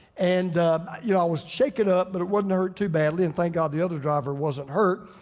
and yeah i was shaken up, but it wasn't hurt too badly. and thank god the other driver wasn't hurt.